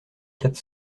quatre